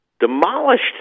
demolished